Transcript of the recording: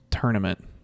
tournament